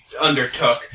undertook